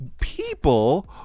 people